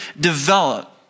develop